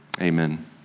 Amen